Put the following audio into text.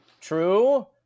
true